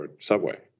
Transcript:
subway